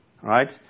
right